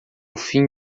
fim